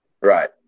right